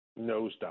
nosedive